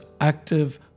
active